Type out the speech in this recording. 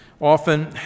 often